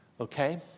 Okay